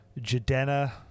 Jadena